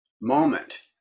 moment